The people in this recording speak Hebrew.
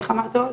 איך אמרת עוד?